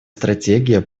стратегия